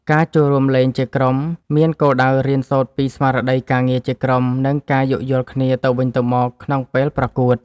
ការចូលរួមលេងជាក្រុមមានគោលដៅរៀនសូត្រពីស្មារតីការងារជាក្រុម និងការយោគយល់គ្នាទៅវិញទៅមកក្នុងពេលប្រកួត។